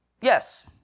yes